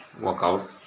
workout